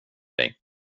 dig